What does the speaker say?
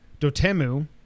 Dotemu